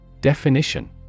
Definition